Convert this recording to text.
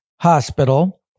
hospital